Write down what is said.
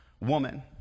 woman